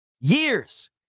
Years